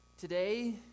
Today